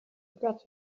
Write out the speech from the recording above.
got